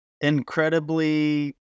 incredibly